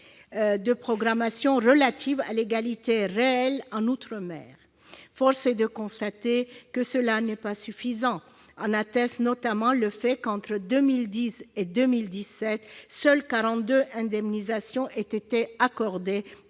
de programmation relative à l'égalité réelle outre-mer, mais force est de constater que ces mesures ne sont pas suffisantes : en atteste notamment le fait que, entre 2010 et 2017, seules 42 indemnisations ont été accordées